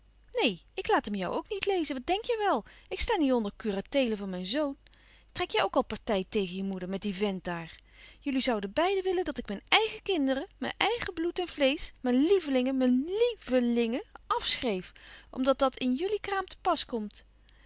neen ik laat hem jou ook niet lezen wat denk jij wel ik sta niet onder curateele van mijn zoon trek jij ook al partij tegen je moeder met dien vent daar jullie zouden beiden willen dat ik mijn eigen kinderen mijn eigen bloed en vleesch mijn lievelingen mijn lièvelngen afschreef omdat dat in jullie kraam te pas komt